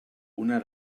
una